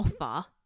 offer